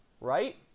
right